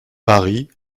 paris